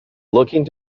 looking